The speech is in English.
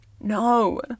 No